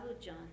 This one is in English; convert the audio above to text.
John